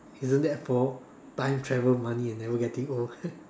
isn't that four time travel money and never getting old